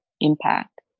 impact